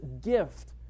gift